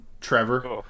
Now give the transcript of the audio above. Trevor